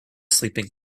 sleeping